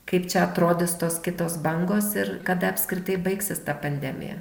kaip čia atrodys tos kitos bangos ir kada apskritai baigsis ta pandemija